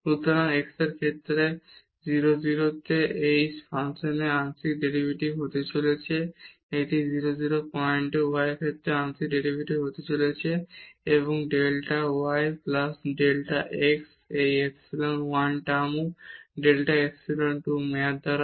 সুতরাং এটি x এর ক্ষেত্রে 0 0 এ সেই ফাংশনের আংশিক ডেরিভেটিভ হতে চলেছে এবং এটি 0 0 পয়েন্টে y এর সাথে আংশিক ডেরিভেটিভ হতে চলেছে এবং ডেল্টা y প্লাস এই ডেল্টা x এই epsilon 1 term delta epsilon two term দ্বারা